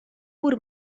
pur